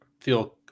Feel